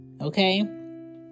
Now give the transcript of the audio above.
Okay